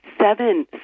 seven